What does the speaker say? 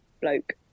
bloke